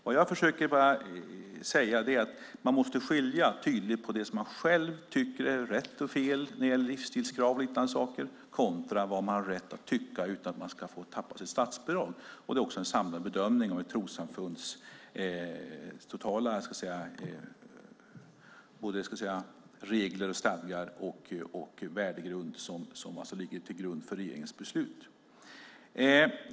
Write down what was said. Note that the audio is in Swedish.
Vad jag försöker säga är dock att man tydligt måste skilja på det som man själv tycker är rätt och fel när det gäller livsstilskrav och liknande och vad man har rätt att tycka utan att för den skull tappa sitt statsbidrag. Det är också en samlad bedömning av ett trossamfunds totala regler och stadgar och värdegrund som ligger till grund för regeringens beslut.